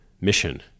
mission